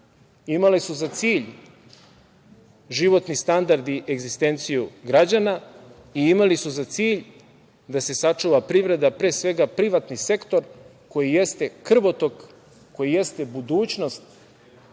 imale su za cilj životni standard i egzistenciju građana i imale su za cilj da se sačuva privreda, pre svega privatni sektor, koji jeste krvotok, koji jeste budućnost